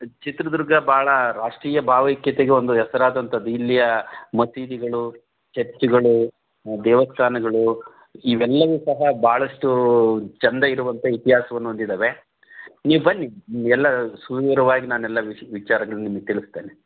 ಚಿತ್ರದುರ್ಗ ಬಹಳ ರಾಷ್ಟ್ರೀಯ ಭಾವೈಕ್ಯತೆಗೆ ಒಂದು ಹೆಸರಾದಂಥದು ಇಲ್ಲಿಯ ಮಸೀದಿಗಳು ಚರ್ಚುಗಳು ದೇವಸ್ಥಾನಗಳು ಇವೆಲ್ಲವೂ ಸಹ ಬಹಳಷ್ಟು ಚೆಂದ ಇರುವಂಥ ಇತಿಹಾಸವನ್ನು ಹೊಂದಿದ್ದಾವೆ ನೀವು ಬನ್ನಿ ಎಲ್ಲ ಸುಂದರವಾಗಿ ನಾನೆಲ್ಲ ವಿಚಾರಗಳು ನಿಮಗೆ ತಿಳಿಸ್ತೇನೆ